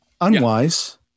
unwise